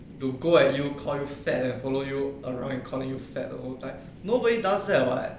to go at you call you fat and follow you around and calling you fat the whole time nobody does that [what]